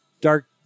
dark